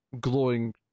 glowing